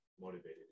motivated